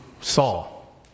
Saul